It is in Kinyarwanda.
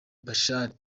bashar